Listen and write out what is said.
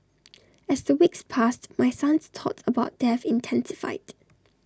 as the weeks passed my son's thoughts about death intensified